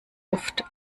oft